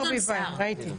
ברביבאי.